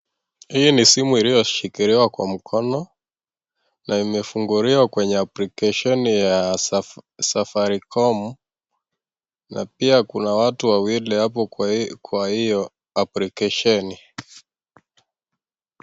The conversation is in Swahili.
Hii ni simu iliyoshikiliwa kwa mkono na imefunguliwa kwenye apulikesheni ya Safaricom na pia kuna watu wawili hapo kwa hiyo aplikesheni.